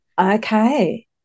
Okay